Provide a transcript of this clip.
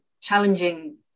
challenging